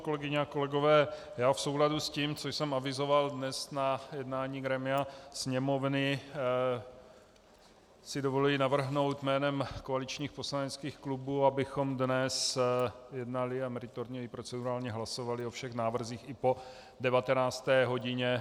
Kolegyně a kolegové, v souladu s tím, co jsem avizoval dnes na jednání grémia Sněmovny, si dovoluji navrhnout jménem koaličních poslaneckých klubů, abychom dnes jednali a meritorně i procedurálně hlasovali o všech návrzích i po 19. hodině.